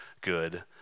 good